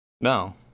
No